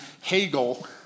Hegel